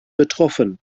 betroffen